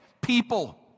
people